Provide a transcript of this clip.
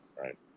Right